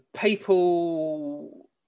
people